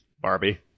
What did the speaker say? Barbie